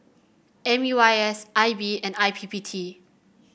M U I S I B and I P P T